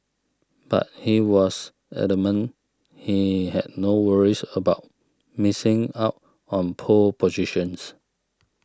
but he was adamant he had no worries about missing out on pole positions